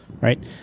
Right